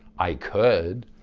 i could.